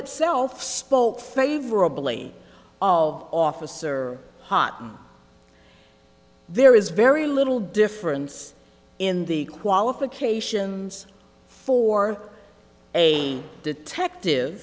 itself spoke favorably of officer hot and there is very little difference in the qualifications for a detective